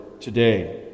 today